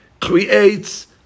creates